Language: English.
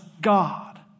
God